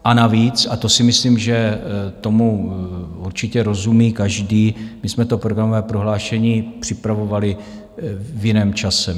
A navíc a to si myslím, že tomu určitě rozumí každý my jsme to programové prohlášení připravovali v jiném čase.